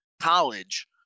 college